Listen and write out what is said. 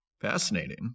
Fascinating